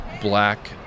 black